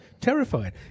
terrified